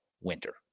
winter